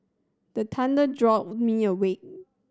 the thunder jolt me awake